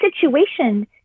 situation